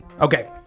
Okay